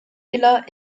iller